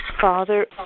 Father